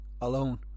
alone